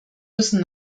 müssen